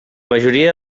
majoria